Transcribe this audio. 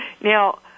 Now